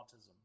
Autism